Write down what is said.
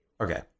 Okay